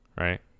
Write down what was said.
Right